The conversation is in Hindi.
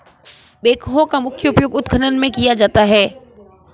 बैकहो का मुख्य उपयोग उत्खनन में किया जाता है